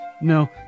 no